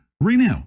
renew